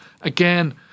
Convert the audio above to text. Again